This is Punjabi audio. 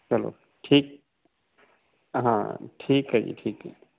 ਚਲੋ ਠੀਕ ਹਾਂ ਠੀਕ ਹੈ ਜੀ ਠੀਕ ਹੈ